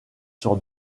sur